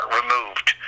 removed